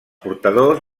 portadors